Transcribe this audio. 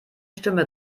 stimme